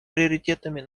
приоритетами